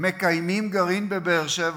מקיימים גרעין בבאר-שבע,